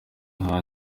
nta